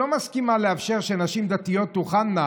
שלא מסכימה לאפשר שנשים דתיות תוכלנה